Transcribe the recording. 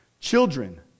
Children